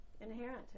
inherent